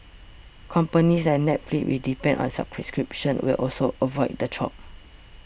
companies like Netflix which depend on subscriptions will also avoid the chop